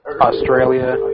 Australia